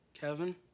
kevin